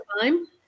time